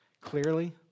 clearly